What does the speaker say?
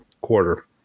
quarter